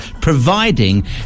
providing